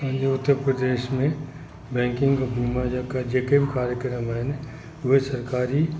असांजे उतर प्रदेश में बैंकिंग वीमा जा जेके बि कार्यक्रम आहिनि उहे सरकारी